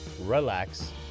relax